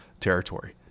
territory